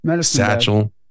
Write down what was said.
satchel